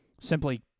simply